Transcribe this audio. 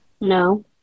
no